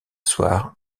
soir